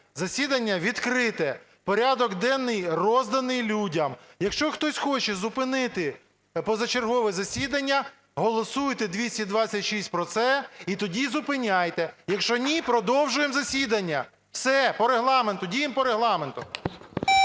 Засідання відкрите, порядок денний розданий людям. Якщо хтось хоче зупинити позачергове засідання, голосуйте 226 про це - і тоді зупиняйте. Якщо ні, продовжуємо засідання. Все, по Регламенту діємо, діємо по Регламенту.